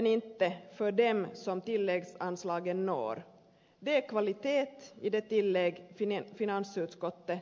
det är kvalitet i det tillägg finansutskottet har gjort